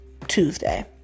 Tuesday